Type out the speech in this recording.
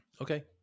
Okay